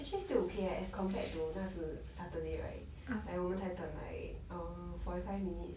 actually still okay eh as compared to 那时 saturday right like 我们才等 like err forty five minutes